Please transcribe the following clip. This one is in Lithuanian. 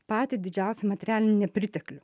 patį didžiausią materialinį nepriteklių